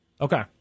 Okay